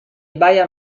baia